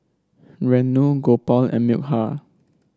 Renu Gopal and Milkha